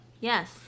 Yes